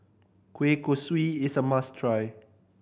kueh kosui is a must try